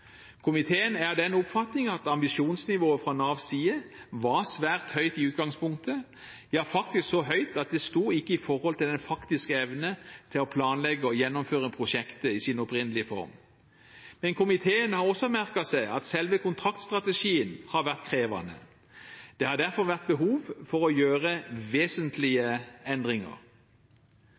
Komiteen er av den oppfatning at ambisjonsnivået fra Navs side var svært høyt i utgangspunktet – ja, faktisk så høyt at det ikke sto i forhold til den faktiske evne til å planlegge og gjennomføre prosjektet i sin opprinnelige form. Komiteen har også merket seg at selve kontraktsstrategien har vært krevende. Det har derfor vært behov for å gjøre